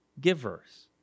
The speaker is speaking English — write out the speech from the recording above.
givers